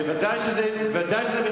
ודאי שזה נימוק.